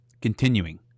Continuing